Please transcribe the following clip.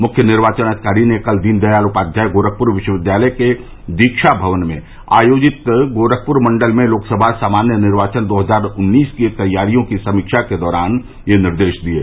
मुख्य निर्वाचन अधिकारी ने कल दीन दयाल उपाध्याय गोरखपुर विश्वविद्यालय के दीक्षा भवन में आयोजित गोरखपुर मण्डल में लोकसभा सामान्य निर्वाचन दो हजार उन्नीस के तैयारियों की समीक्षा के दौरान उक्त निर्देश दिये